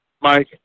Mike